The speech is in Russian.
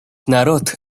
народ